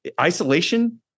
Isolation